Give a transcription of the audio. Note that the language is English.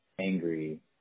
angry